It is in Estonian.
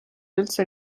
üldse